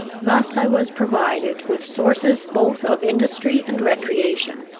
thus i was provided with sources both of industry and recreation,